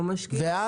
אז,